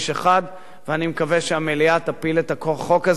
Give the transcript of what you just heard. אני מקווה שהמליאה תפיל את החוק הזה ותיתן